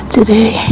Today